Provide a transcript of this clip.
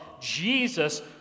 Jesus